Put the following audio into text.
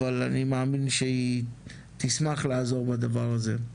אבל אני מאמין שהיא תשמח לעזור בדבר הזה.